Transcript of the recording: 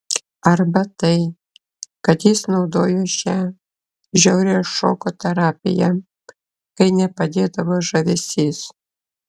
arba tai kad jis naudojo šią žiaurią šoko terapiją kai nepadėdavo žavesys